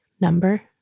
Number